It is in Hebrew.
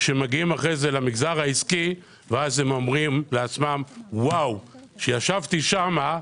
הם מגיעים אחרי כן למגזר העסקי ואז הם אומרים לעצמם כשישבתי שם,